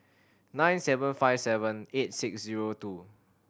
nine seven five seven eight six zero two